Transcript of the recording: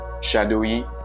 shadowy